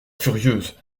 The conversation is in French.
furieuse